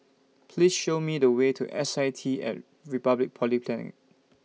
Please Show Me The Way to S I T and Republic Polytechnic